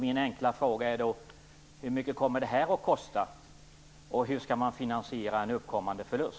Min enkla fråga är då: Hur mycket kommer det här att kosta, och hur skall man finansiera en uppkommande förlust?